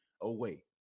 away